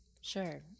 Sure